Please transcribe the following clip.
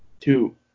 two